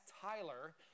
Tyler